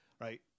Right